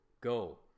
Go